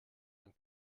dann